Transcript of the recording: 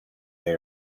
they